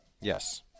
Yes